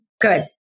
Good